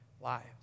lives